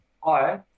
Hi